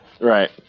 Right